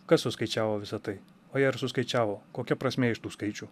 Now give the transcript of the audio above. kas suskaičiavo visa tai o jei ir suskaičiavo kokia prasmė iš tų skaičių